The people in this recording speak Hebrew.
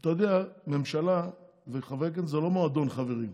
אתה יודע, ממשלה וחברי כנסת זה לא מועדון חברים.